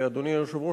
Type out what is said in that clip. ואדוני היושב-ראש,